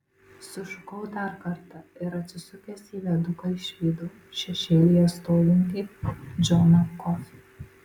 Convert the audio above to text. sušukau dar kartą ir atsisukęs į viaduką išvydau šešėlyje stovintį džoną kofį